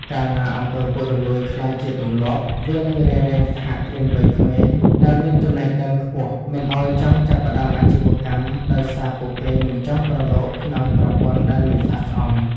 កាលណា អំពើពុករលួយ ក្លាយជាទម្លាប់ វានឹងរារាំងសហគ្រិនវ័យក្មេងដែលមានចំណេះដឹងខ្ពស់មិនឱ្យចង់ចាប់ផ្ដើមអាជីវកម្ម ដោយសារពួកគេមិនចង់ប្រឡូកក្នុងប្រព័ន្ធដែលមិនស្អាតស្អំ។